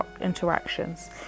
interactions